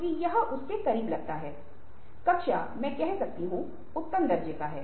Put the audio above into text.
इसलिए मुझे लगता है कि पहले से थोड़ी तैयारी से मदद मिलेगी